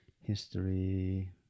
History